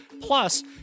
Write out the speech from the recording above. plus